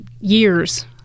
years